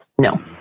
no